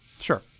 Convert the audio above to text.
Sure